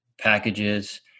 packages